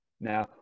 Now